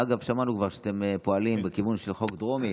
אגב, שמענו כבר שאתם פועלים בכיוון של חוק דרומי,